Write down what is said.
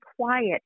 quiet